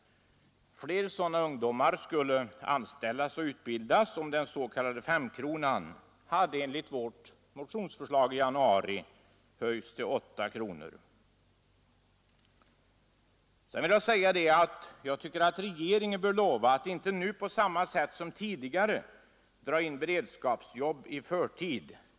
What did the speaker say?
Fler sådana ungdomar skulle anställas och utbildas, om den s.k. femkronan hade enligt vårt motionsförslag i januari höjts till åtta kronor. Dessutom bör regeringen lova att inte nu på samma sätt som tidigare dra in beredskapsjobb i förtid.